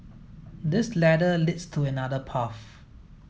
this ladder leads to another path